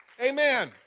amen